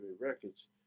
records